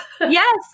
Yes